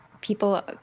people